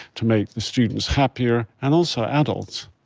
to make the students happier, and also adults.